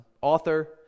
author